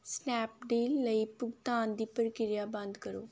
Snapdeal ਲਈ ਭੁਗਤਾਨ ਦੀ ਪ੍ਰਕਿਰਿਆ ਬੰਦ ਕਰੋ